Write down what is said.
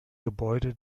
gebäude